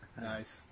Nice